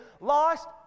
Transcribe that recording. lost